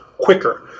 quicker